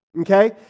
okay